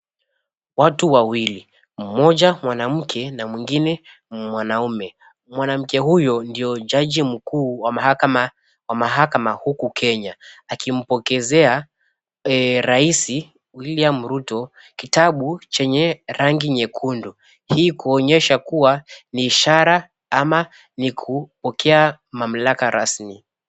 Watu wawili, mmoja mwanamke na mwingine mwanaume. Mwanamke huyo ndiye jaji mkuu wa mahakama huku Kenya akimpokezea Raisi William Ruto kitabu chenye rangi nyekundu. Hii kuonyesha kuwa ni ishara ama ni kupokea mamlaka rasmi